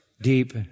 deep